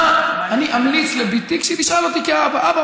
מה אני אמליץ לבתי כשהיא תשאל אותי כאבא: אבא,